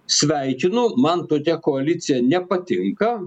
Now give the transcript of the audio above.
sveikinu man tokia koalicija nepatinka